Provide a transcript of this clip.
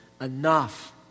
enough